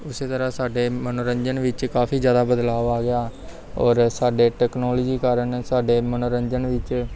ਉਸੇ ਤਰ੍ਹਾਂ ਸਾਡੇ ਮਨੋਰੰਜਨ ਵਿੱਚ ਕਾਫੀ ਜ਼ਿਆਦਾ ਬਦਲਾਅ ਆ ਗਿਆ ਔਰ ਸਾਡੇ ਟੈਕਨੋਲਜੀ ਕਾਰਨ ਸਾਡੇ ਮਨੋਰੰਜਨ ਵਿੱਚ